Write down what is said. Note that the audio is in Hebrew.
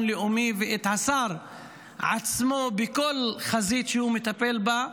לאומי והשר עצמו בכל חזית שהוא מטפל בה,